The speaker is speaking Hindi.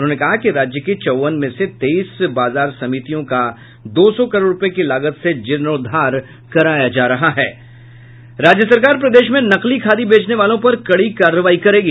उन्होंने कहा कि राज्य की चौवन में से तेईस बाजार समितियों का दो सौ करोड़ रूपये की लागत से जीर्णोद्धार कराया जा रहा है राज्य सरकार प्रदेश में नकली खादी बेचने वालों पर कड़ी कार्रवाई करेगी